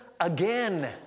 again